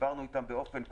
דיברנו איתם באופן,